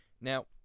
Now